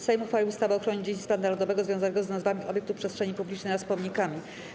Sejm uchwalił ustawę o ochronie dziedzictwa narodowego związanego z nazwami obiektów przestrzeni publicznej oraz pomnikami.